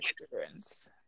experience